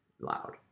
loud